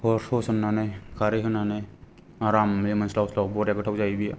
अर होसननानै खारै होनानै आरामै मोनस्लाव स्लाव बरिया गोथाव जायो बेयो